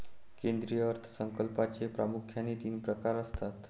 केंद्रीय अर्थ संकल्पाचे प्रामुख्याने तीन प्रकार असतात